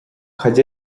cad